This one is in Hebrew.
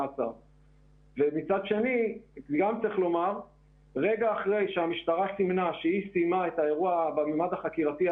מצד שני יש לומר שרגע אחרי שהמשטרה סיימה את האירוע במישור החקירתי,